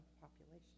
population